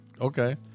Okay